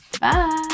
Bye